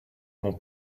mon